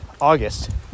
August